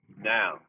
now